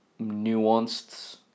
nuanced